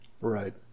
right